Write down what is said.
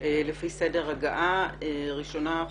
ראשונת הדוברים,